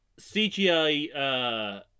CGI